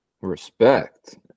Respect